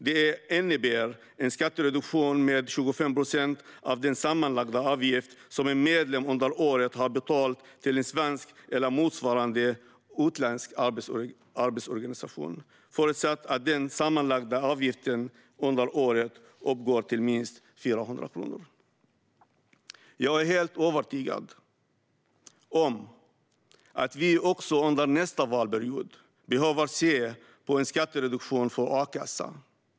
Det innebär en skattereduktion med 25 procent av den sammanlagda avgift som en medlem under året har betalat till en svensk eller motsvarande utländsk arbetstagarorganisation, förutsatt att den sammanlagda avgiften under året uppgår till minst 400 kronor. Jag är helt övertygad om att vi också under nästa valperiod behöver titta på en skattereduktion för a-kassan.